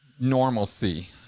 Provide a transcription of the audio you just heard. normalcy